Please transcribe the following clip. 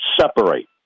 separate